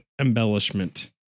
embellishment